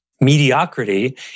Mediocrity